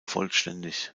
vollständig